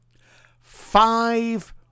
five